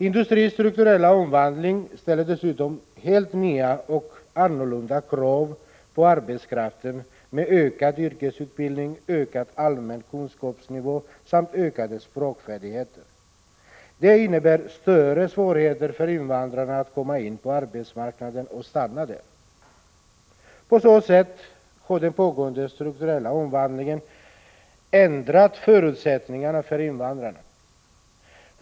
Industrins strukturella omvandling ställer dessutom helt nya och annorlunda krav på arbetskraften i fråga om ökad yrkesutbildning, ökad allmän kunskapsnivå samt ökade språkfärdigheter. Det innebär större svårigheter för invandrarna att komma in på arbetsmarknaden och stanna där. På så sätt har den pågående strukturella omvandlingen ändrat förutsättningarna för invandrarna.